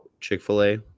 Chick-fil-A